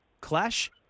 clash